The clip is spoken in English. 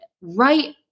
right